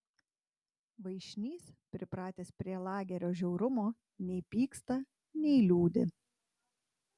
vaišnys pripratęs prie lagerio žiaurumo nei pyksta nei liūdi